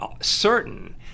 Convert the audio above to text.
certain